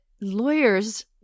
lawyers